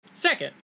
Second